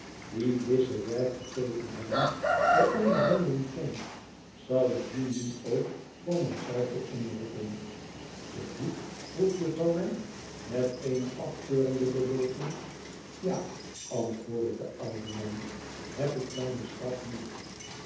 die lize werk gegeven hebben bij ondervinding ken zal ik dien nu ook voor mij zelven mroepen ite voet vroeg juffrouw wren met eene afkeurende beweging ja antwoordde de oude man heb ik mijn staf niet